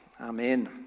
Amen